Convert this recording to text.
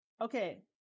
Okay